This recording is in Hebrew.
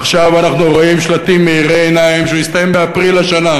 עכשיו אנחנו רואים שלטים מאירי עיניים שהוא יסתיים באפריל השנה.